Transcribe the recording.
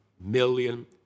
million